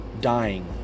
dying